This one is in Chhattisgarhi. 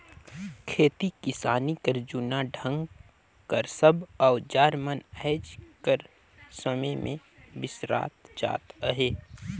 खेती किसानी कर जूना ढंग कर सब अउजार मन आएज कर समे मे बिसरात जात अहे